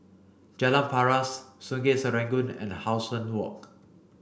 Jalan Paras Sungei Serangoon and How Sun Walk